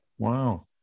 Wow